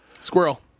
squirrel